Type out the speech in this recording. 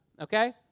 okay